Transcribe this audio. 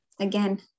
again